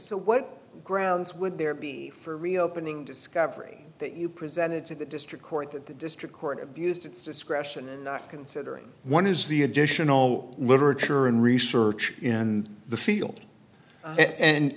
so what grounds would there be for reopening discovery that you presented to the district court that the district court abused its discretion considering one is the additional literature and research in the field